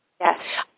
Yes